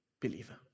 believer